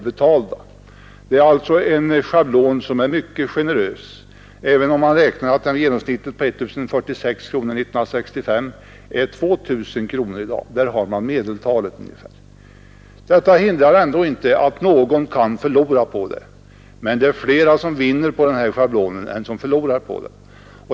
Schablonen är alltså mycket generös, även om man räknar med att 1 046 kronor 1965 motsvaras av 2 000 kronor i dag. Detta hindrar ändå inte att någon kan förlora på schablonen. Men det är flera som vinner än som förlorar på den.